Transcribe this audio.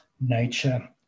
nature